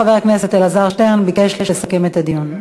חבר הכנסת אלעזר שטרן ביקש לסכם את הדיון.